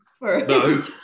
No